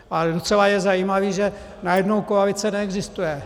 A docela je zajímavé, že najednou koalice neexistuje.